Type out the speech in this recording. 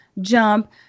jump